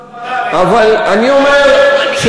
אבל אני אומר,